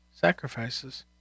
sacrifices